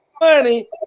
money